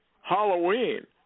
Halloween